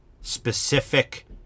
specific